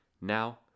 Now